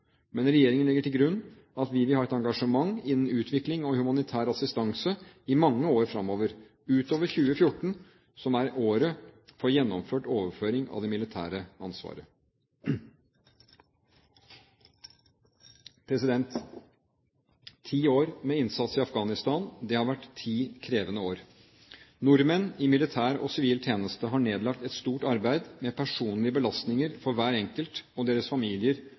Men regjeringen legger til grunn at vi vil ha et engasjement innen utvikling og humanitær assistanse i mange år fremover, utover 2014, som er året for gjennomført overføring av det militære ansvaret. Ti år med innsats i Afghanistan har vært ti krevende år. Nordmenn i militær og sivil tjeneste har nedlagt et stort arbeid, med personlige belastninger for hver enkelt og deres familier